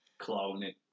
cloning